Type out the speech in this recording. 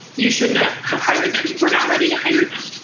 you should not have hired them. we're not ready to hire them.